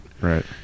right